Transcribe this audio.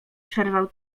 przerwał